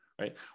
right